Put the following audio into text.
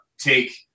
take –